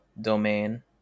domain